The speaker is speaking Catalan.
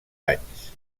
anys